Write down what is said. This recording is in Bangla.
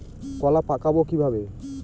কলা পাকাবো কিভাবে?